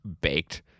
baked